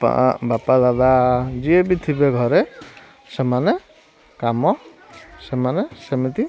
ବାପା ବାପା ଦାଦା ଯିଏବି ଥିବେ ଘରେ ସେମାନେ କାମ ସେମାନେ ସେମିତି